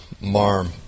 marm